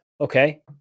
Okay